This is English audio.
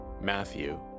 Matthew